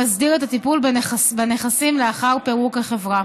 שמסדיר את הטיפול בנכסים לאחר פירוק החברה.